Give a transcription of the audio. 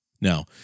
Now